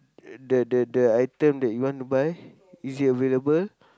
the the the item that you want to buy is it available